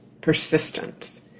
persistence